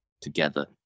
together